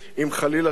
אם חלילה תפרוץ,